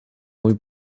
muy